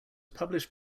published